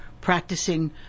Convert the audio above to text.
practicing